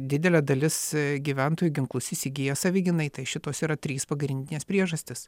didelė dalis gyventojų ginklus įsigyja savigynai tai šitos yra trys pagrindinės priežastys